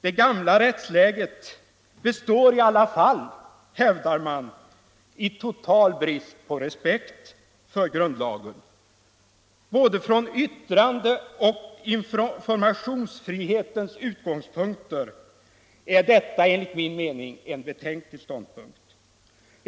Det gamla rättsläget består i alla fall, hävdar man i total brist på respekt för grundlagen. Både för yttrandeoch för informationsfriheten är detta enligt min mening en betänklig ståndpunkt.